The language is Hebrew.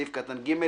בסעיף קטן (ג),